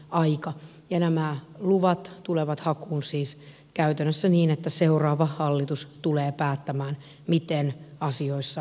ja nämä luvat tulevat hakuun siis käytännössä niin että seuraava hallitus tulee päättämään miten asioissa edetään